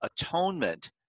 atonement